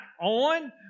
on